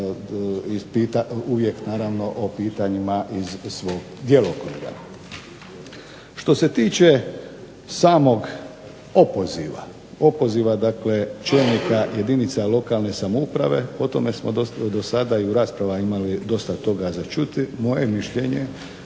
uvijek naravno o pitanjima iz svog djelokruga. Što se tiče samog opoziva, opoziva dakle čelnika jedinica lokalne samouprave, o tome smo do sada i u raspravama imali dosta toga za čuti. Moje je mišljenje